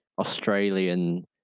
Australian